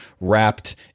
wrapped